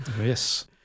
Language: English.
Yes